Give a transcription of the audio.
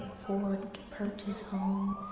forward to purchase home.